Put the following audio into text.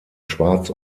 schwarz